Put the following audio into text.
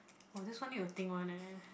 oh this one need to think one eh